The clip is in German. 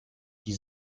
die